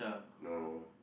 no